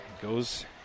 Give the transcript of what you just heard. goes